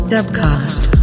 Dubcast